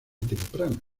temprana